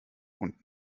und